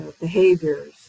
behaviors